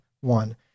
one